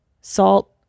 salt